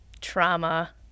trauma